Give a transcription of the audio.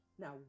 Now